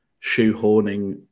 shoehorning